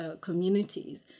communities